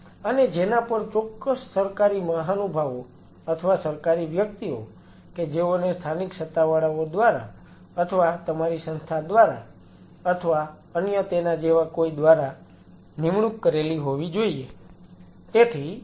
અને જેના પર ચોક્કસ સરકારી મહાનુભાવો અથવા સરકારી વ્યક્તિઓ કે જેઓને સ્થાનિક સત્તાવાળાઓ દ્વારા અથવા તમારી સંસ્થા દ્વારા અથવા અન્ય તેના જેવા કોઈક દ્વારા નિમણૂક કરેલી હોવી જોઈએ